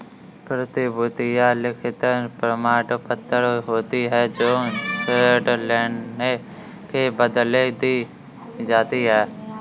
प्रतिभूतियां लिखित प्रमाणपत्र होती हैं जो ऋण लेने के बदले दी जाती है